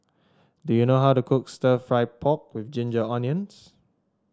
do you know how to cook stir fry pork with Ginger Onions